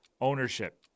ownership